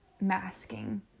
masking